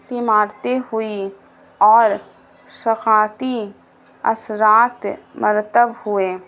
عمارتیں ہوئی اور ثقافتی اثرات مرتب ہوئے